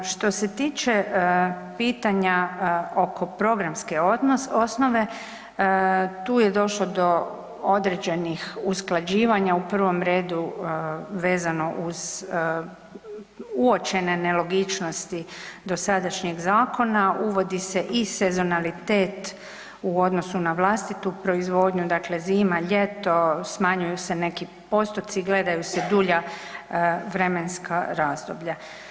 Što se tiče pitanja oko programske osnove, tu je došlo do određenih usklađivanja u prvom redu vezano uz uočene nelogičnosti dosadašnjeg zakona, uvodi se i sezonalitet u odnosu na vlastitu proizvodnju, dakle zima-ljeto, smanjuju se neki postoci, gledaju se dulja vremenska razdoblja.